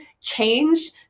change